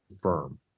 firm